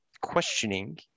questioning